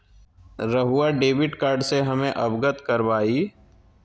रहुआ debit card से हमें अवगत करवाआई?